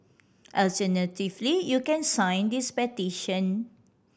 alternatively you can sign this petition